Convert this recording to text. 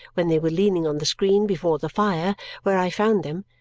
when they were leaning on the screen before the fire where i found them,